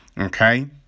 Okay